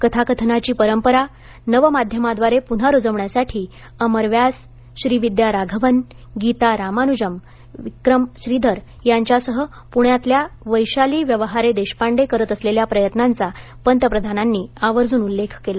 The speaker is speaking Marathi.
कथाकथनाची परंपरा नवमाध्यमाद्वारे पुन्हा रुजवण्यासाठी अमर व्यास श्रीविद्या राघवन गीता रामानुजम विक्रम श्रीधर यांच्यासह पुण्यातल्या वैशाली व्यवहारे देशपांडे करत असलेल्या प्रयत्नांचा पंतप्रधानांनी आवर्जून उल्लेख केला